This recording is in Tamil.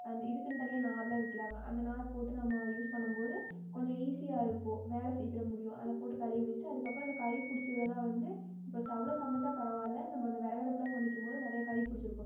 அந் இதுக்குன்னு தனியாக நார்லாம் விக்குறாங்க அந்த நார் போட்டு நம்மோ யூஸ் பண்ணும்போது கொஞ்சம் ஈஸியாக இருக்கும் வேலை சீக்கிரம் முடியும் அதை போட்டு கழுவி வஷ்ட்டு அதுக்கப்புறம் இந்த கரி பிடிச்சதெல்லாம் வந்து இப்போ ஸ்டவ்வில் சமைச்சால் பரவாயில்ல இந்த மண்ணு விறகடுப்புல சமைக்கும்போது நிறையா கரி பிடிச்சிருக்கும்